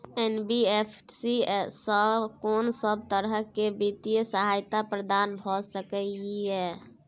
NBFC स कोन सब तरह के वित्तीय सहायता प्रदान भ सके इ? इ